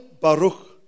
Baruch